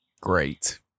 great